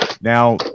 Now